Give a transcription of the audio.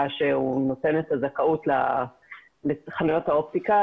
שהוא נותן את הזכאות לחנויות האופטיקה,